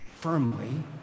firmly